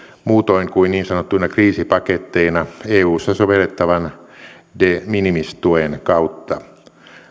muutoin kuin niin sanottuina kriisipaketteina eussa sovellettavan de minimis tuen kautta